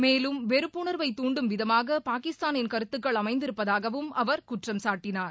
மேலும் வெறுப்புணர்வை துண்டும் விதமாக பாகிஸ்தானின் கருத்துக்கள் அமைந்திருப்பதாகவும் அவர் குற்றம் சாட்டினார்